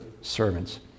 servants